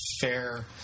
fair